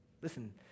Listen